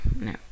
no